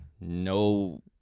no